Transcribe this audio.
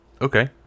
Okay